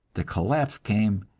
the collapse came,